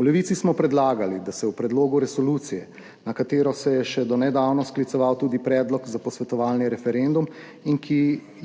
V Levici smo predlagali, da bi se v predlogu resolucije, na katero se je še do nedavno skliceval tudi predlog za posvetovalni referendum in ki